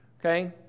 Okay